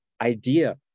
idea